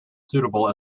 suitable